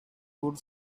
would